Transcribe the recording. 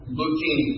looking